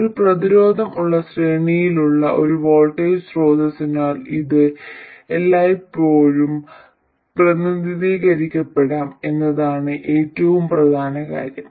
ഒരു പ്രതിരോധം ഉള്ള ശ്രേണിയിലുള്ള ഒരു വോൾട്ടേജ് സ്രോതസ്സിനാൽ ഇത് എല്ലായ്പ്പോഴും പ്രതിനിധീകരിക്കപ്പെടാം എന്നതാണ് ഏറ്റവും പ്രധാന കാര്യം